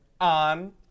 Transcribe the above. on